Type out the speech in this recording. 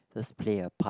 just play a part